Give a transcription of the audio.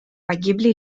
погибли